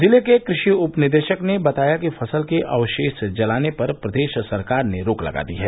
जिले के कृषि उप निदेशक ने बताया कि फसल के अवशेष जलाने पर प्रदेश सरकार ने रोक लगा दी है